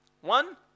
One